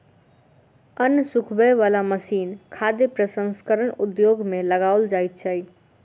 अन्न सुखबय बला मशीन खाद्य प्रसंस्करण उद्योग मे लगाओल जाइत छै